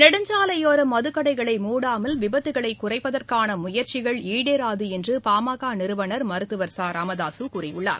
நெடுஞ்சாலையோர மதுக்கடைகளை மூடாமல் விபத்துக்களை குறைப்பதற்கான முயற்சிகள் ஈடேராது என்று பாமக நிறுவனர் மருத்துவர் ச ராமதாசு கூறியுள்ளார்